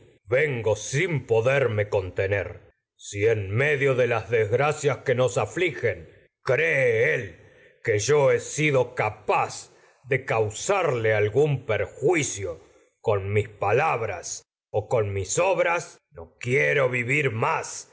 vengo cias sin poderme contener si nos en medio délas desgra yo que afligen cree él que he sido capaz o con de mis causarle algún perjuicio con mis palabras obras no quiero vivir más